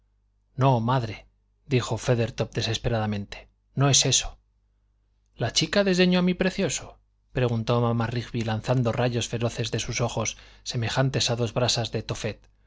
no madre dijo feathertop desesperadamente no es eso la chica desdeñó a mi precioso preguntó mamá rigby lanzando rayos feroces de sus ojos semejantes a dos brasas de tóphet